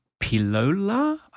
Pilola